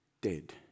dead